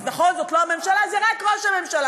אז נכון, זאת לא הממשלה, זה רק ראש הממשלה.